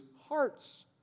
hearts